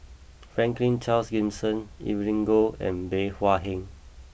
Franklin Charles Gimson Evelyn Goh and Bey Hua Heng